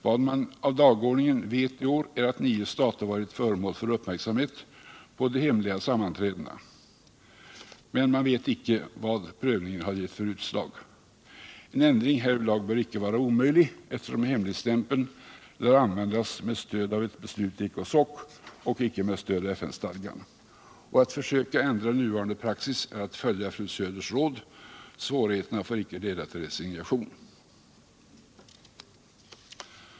Vad man av dagordningen vet är att nio stater i år varit föremål för uppmärksamhet på hemliga sammanträden. Men om resultatet av prövningen får man alltså intet veta. En ändring härvidlag borde inte vara omöjlig, eftersom hemligstämpeln lär användas med stöd av ett beslut i ECOSOC och icke på grundval av FN-stadgan. Och att försöka ändra nuvarande praxis är att följa fru Söders råd: svårigheter får inte leda till resignation.